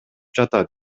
жатат